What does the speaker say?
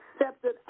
accepted